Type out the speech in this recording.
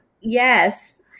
Yes